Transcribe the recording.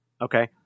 Okay